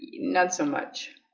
not so much